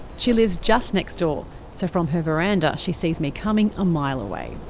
she lives just next door so from her verandah she sees me coming a mile away.